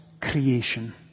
creation